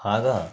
ಆಗ